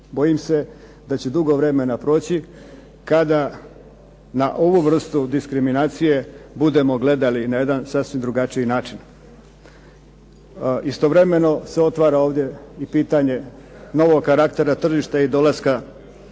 Bojim se da će dugo vremena proći kada na ovu vrstu diskriminacije budemo gledali na jedan sasvim drugačiji način. Istovremeno se otvara ovdje i pitanje novog karaktera tržišta i dolaska